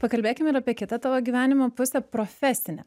pakalbėkim ir apie kitą tavo gyvenimo pusę profesinę